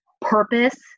purpose